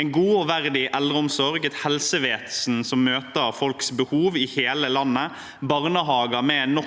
en god og verdig eldreomsorg, et helsevesen som møter folks behov i hele landet, barnehager med nok